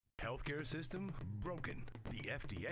healthcare system, broken. the fda, yeah